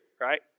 right